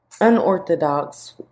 unorthodox